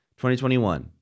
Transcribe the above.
2021